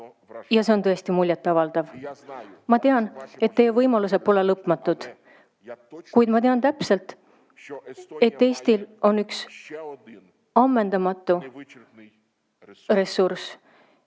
ja see on tõesti muljet avaldav. Ma tean, et teie võimalused pole lõpmatud, kuid ma tean täpselt, et Eestil on üks ammendamatu ressurss.